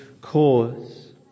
cause